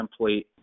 template